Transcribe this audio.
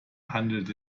handelt